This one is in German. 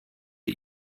wir